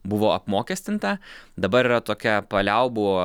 buvo apmokestinta dabar yra tokia paliaubų